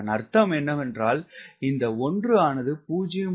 அதன் அர்த்தம் என்னவென்றால் இந்த 1 ஆனது 0